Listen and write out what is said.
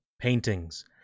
Paintings